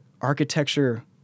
architecture